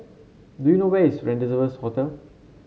do you know where is Rendezvous Hotel